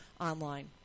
online